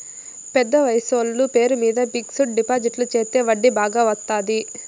పెద్ద వయసోళ్ల పేరు మీద ఫిక్సడ్ డిపాజిట్ చెత్తే వడ్డీ బాగా వత్తాది